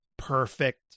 perfect